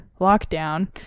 lockdown